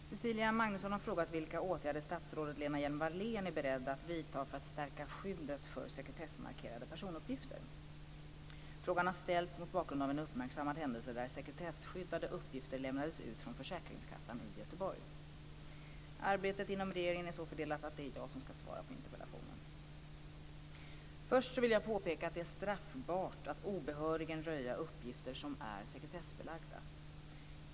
Fru talman! Cecilia Magnusson har frågat vilka åtgärder statsrådet Lena Hjelm Wallén är beredd att vidta för att stärka skyddet för sekretessmarkerade personuppgifter. Frågan har ställts mot bakgrund av en uppmärksammad händelse där sekretesskyddade uppgifter lämnades ut från försäkringskassan i Göteborg. Arbetet inom regeringen är så fördelat att det är jag som ska svara på interpellationen. Först vill jag påpeka att det är straffbart att obehörigen röja uppgifter som är sekretessbelagda.